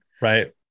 right